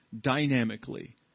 dynamically